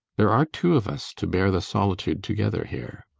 there are two of us to bear the solitude together here.